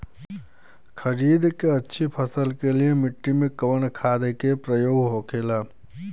खरीद के अच्छी फसल के लिए मिट्टी में कवन खाद के प्रयोग होखेला?